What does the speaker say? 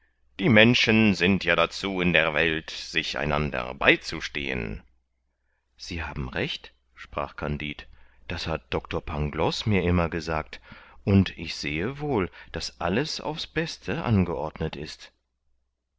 die menschen sind ja dazu in der welt sich einander beizustehen sie haben recht sprach kandid das hat doctor pangloß mir immer gesagt und ich sehe wohl daß alles aufs beste angeordnet ist